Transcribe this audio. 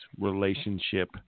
relationship